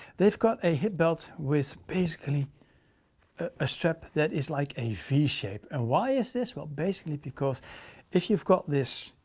they've got a hip belt with basically a strap that is like a v-shape. and why is this? well, basically because if you've got this,